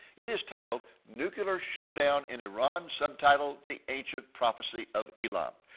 it is titled, nuclear showdown in iran. subtitled, the ancient prophecy of elam.